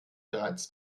bereits